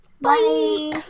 Bye